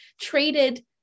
traded